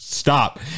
stop